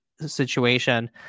situation